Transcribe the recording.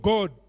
God